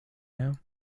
now